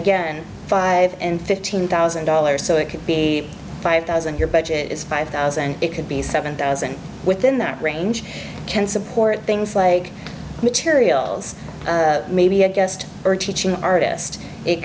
again five and fifteen thousand dollars so it could be five thousand your budget is private it could be seven thousand within that range can support things like materials maybe a guest or teaching artist it